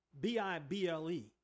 B-I-B-L-E